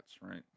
Right